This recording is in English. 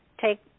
take